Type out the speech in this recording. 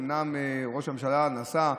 אומנם ראש הממשלה נסע,